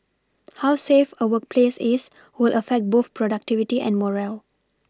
how safe a workplace is will affect both productivity and morale